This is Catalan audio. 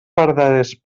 verdaders